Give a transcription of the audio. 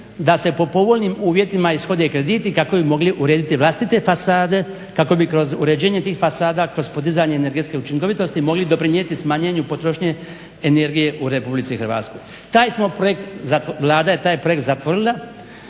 da se po povoljnim uvjetima ishode krediti kako bi mogli urediti vlastite fasade, kako bi kroz uređenje tih fasada, kroz podizanje energetske učinkovitosti mogli doprinijeti smanjenju potrošnje energije u Republici Hrvatskoj. Taj smo projekt, Vlada je taj projekt zatvorila.